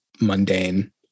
mundane